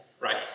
Right